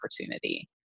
opportunity